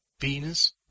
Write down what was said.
Venus